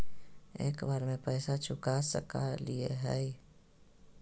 एक बार में पैसा चुका सकालिए है?